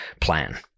plan